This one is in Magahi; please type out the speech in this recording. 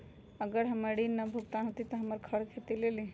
अगर हमर ऋण न भुगतान हुई त हमर घर खेती लेली?